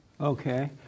Okay